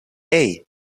hey